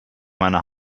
meiner